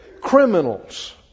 criminals